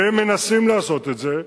והם מנסים לעשות את זה,